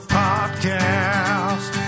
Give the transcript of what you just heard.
podcast